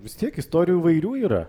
vis tiek istorijų įvairių yra